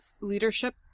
leadership